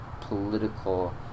political